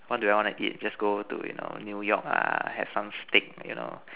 what do I want to eat just go to you know new York lah have some steak you know